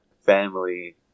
family